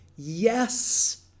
Yes